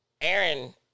Aaron